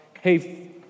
hey